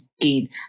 gain